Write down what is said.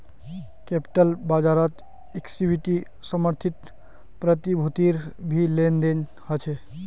capital बाज़ारत equity समर्थित प्रतिभूतिर भी लेन देन ह छे